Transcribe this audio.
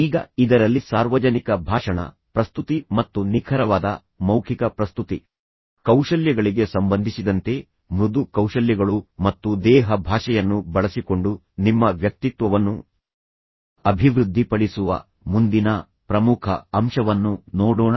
ಈಗ ಇದರಲ್ಲಿ ಸಾರ್ವಜನಿಕ ಭಾಷಣ ಪ್ರಸ್ತುತಿ ಮತ್ತು ನಿಖರವಾದ ಮೌಖಿಕ ಪ್ರಸ್ತುತಿ ಕೌಶಲ್ಯಗಳಿಗೆ ಸಂಬಂಧಿಸಿದಂತೆ ಮೃದು ಕೌಶಲ್ಯಗಳು ಮತ್ತು ದೇಹ ಭಾಷೆಯನ್ನು ಬಳಸಿಕೊಂಡು ನಿಮ್ಮ ವ್ಯಕ್ತಿತ್ವವನ್ನು ಅಭಿವೃದ್ಧಿಪಡಿಸುವ ಮುಂದಿನ ಪ್ರಮುಖ ಅಂಶವನ್ನು ನೋಡೋಣ